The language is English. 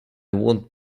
want